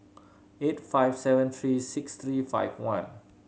eight five seven three six three five one